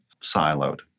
siloed